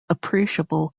appreciable